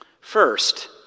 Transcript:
First